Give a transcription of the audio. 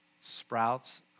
sprouts